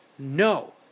No